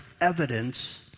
evidence